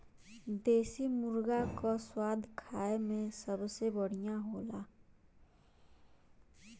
देसी मुरगा क स्वाद खाए में सबसे बढ़िया होला